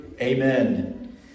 Amen